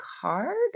card